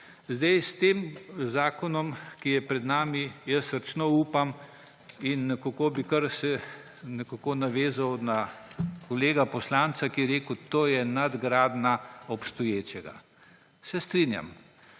S tem zakonom, ki je pred nami, jaz srčno upam in nekako bi se kar navezal na kolega poslanca, ki je rekel, da je to nadgradnja obstoječega. Se strinjam.